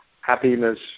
Happiness